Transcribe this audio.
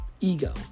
ego